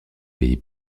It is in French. pays